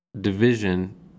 division